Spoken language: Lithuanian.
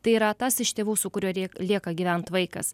tai yra tas iš tėvų su kuriuo rie lieka gyvent vaikas